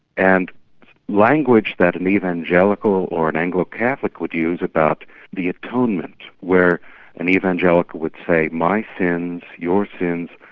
and language that an evangelical or an anglo-catholic would use about the atonement where an evangelical would say my sins, your sins,